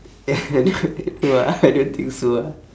ya no ah I don't think so ah